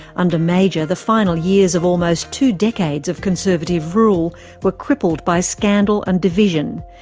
under major, the final years of almost two decades of conservative rule were crippled by scandal and division,